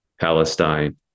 palestine